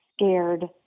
scared